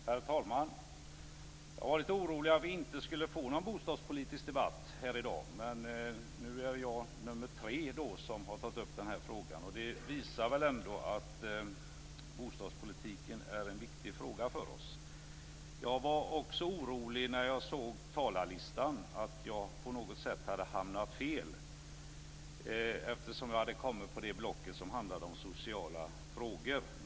Herr talman! Jag var litet orolig att vi inte skulle få någon bostadspolitisk debatt här i dag. Men nu är jag nummer tre som har tagit upp den här frågan. Det visar väl ändå att bostadspolitiken är en viktig fråga för oss. Jag var också orolig när jag såg talarlistan att jag på något sätt hade hamnat fel eftersom mitt anförande kommit på det block som handlade om sociala frågor.